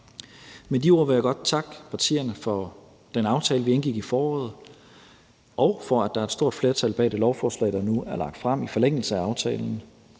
Med de ord vil jeg godt takke partierne for den aftale, vi indgik i foråret, og for, at der er et stort flertal bag det lovforslag, der nu er fremsat i forlængelse af aftalen.